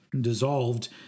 dissolved